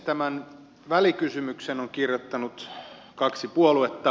tämän välikysymyksen on kirjoittanut kaksi puoluetta